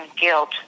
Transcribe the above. guilt